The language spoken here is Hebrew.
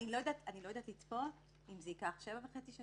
אני לא יודעת לצפות אם זה ייקח שבע שנים וחצי,